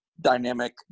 dynamic